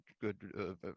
good